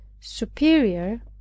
superior